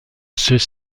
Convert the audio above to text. ceux